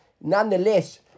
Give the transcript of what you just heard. Nonetheless